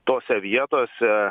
tose vietose